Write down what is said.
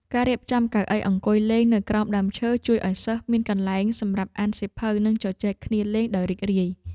ការរៀបចំកៅអីអង្គុយលេងនៅក្រោមដើមឈើជួយឱ្យសិស្សមានកន្លែងសម្រាប់អានសៀវភៅ និងជជែកគ្នាលេងដោយរីករាយ។